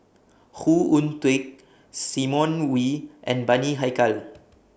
Khoo Oon Teik Simon Wee and Bani Haykal